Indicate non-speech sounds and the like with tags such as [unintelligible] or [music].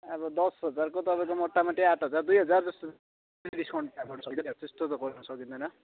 अब दस हजारको तपाईँको मोटामोटी आठ हजार दुई हजारजस्तो चाहिँ डिस्काउन्ट [unintelligible] त्यस्तो त गर्न सकिँदैन